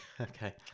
Okay